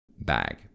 bag